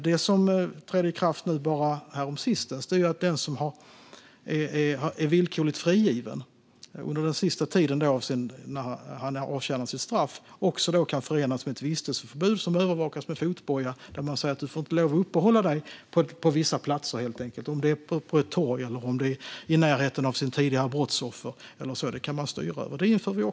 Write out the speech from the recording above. Det som trädde i kraft nu häromsistens var att villkorlig frigivning under sista tiden som straffet avtjänas också kan förenas med ett vistelseförbud som övervakas med fotboja. Man säger helt enkelt: Du får inte lov att uppehålla dig på vissa platser. Det kan vara på ett torg eller i närheten av ett tidigare brottsoffer. Det kan man styra över, och det inför vi.